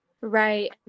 Right